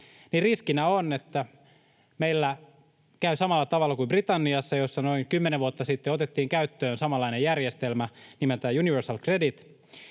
riskinä on, että meillä käy samalla tavalla kuin Britanniassa, jossa noin kymmenen vuotta sitten otettiin käyttöön samanlainen järjestelmä nimeltään universal credit.